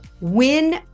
Win